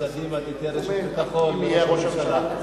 שקדימה תיתן רשת ביטחון לראש הממשלה.